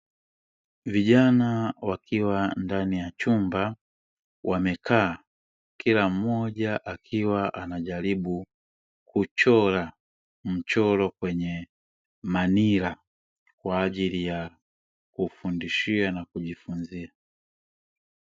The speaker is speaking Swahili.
Vijana wakiwa ndani ya chumba wamekaa, kila mmoja akiwa anajaribu kuchora mchoro kwenye manila kwa. ajili ya kufundishia na kujifunzia